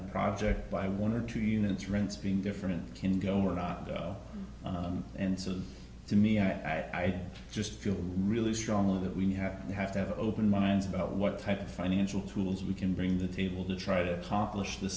a project by one or two units rents being different can go or not and so to me i just feel really strongly that we have we have to have open minds about what type of financial tools we can bring the table to try to accomplish the